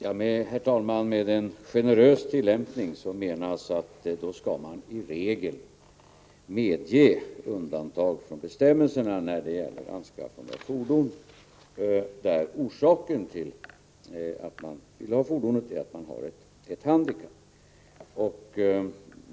Herr talman! Med en ”generös” tillämpning menas att undantag från bestämmelserna i regel skall medges när det gäller anskaffande av fordon och orsaken är att den som vill skaffa fordonet har ett handikapp.